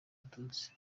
abatutsi